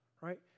Right